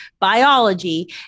biology